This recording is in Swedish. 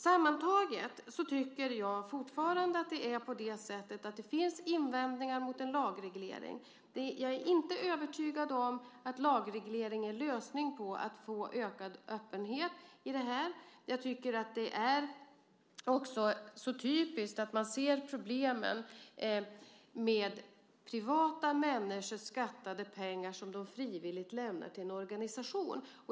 Sammantaget tycker jag fortfarande att det finns invändningar mot en lagreglering. Jag är inte övertygad om att en lagreglering är en lösning för att få ökad öppenhet i detta. Jag tycker att det också är typiskt att man ser problemen med privata människors skattade pengar som de frivilligt lämnar till en organisation.